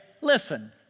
listen